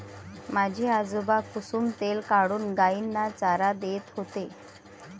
माझे आजोबा कुसुम तेल काढून गायींना चारा देत होते